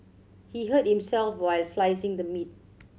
he hurt himself while slicing the meat